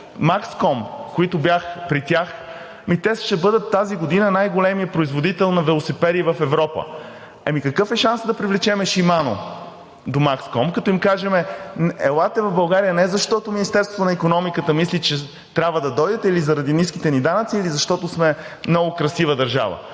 „Макском“ – бях при тях. Те тази година ще бъдат най-големият производител на велосипеди в Европа. Ами какъв е шансът да привлечем „Шимано“ до „Макском“, като им кажем: елате в България не защото Министерството на икономиката мисли, че трябва да дойдете или заради ниските ни данъци, или защото сме много красива държава